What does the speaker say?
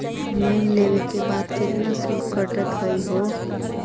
Loan लेवे के बाद केतना शुल्क कटतही हो?